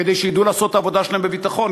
כדי שידעו לעשות את העבודה שלהם בביטחון,